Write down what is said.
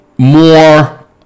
more